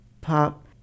pop